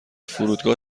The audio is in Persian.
فرودگاه